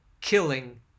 killing